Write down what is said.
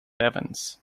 evans